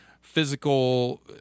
physical